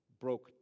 broke